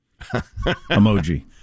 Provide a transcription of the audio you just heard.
emoji